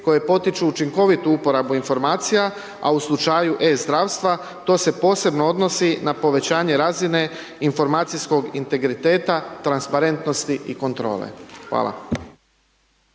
koje potiču učinkovitu uporabu informacija a u slučaju e-zdravstva to se posebno odnosi na povećanje razine informacijskog integriteta, transparentnosti i kontrole. Hvala.